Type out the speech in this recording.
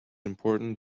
important